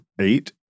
eight